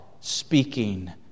speaking